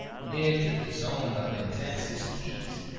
near to the zone of intensest heat.